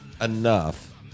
enough